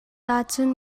ahcun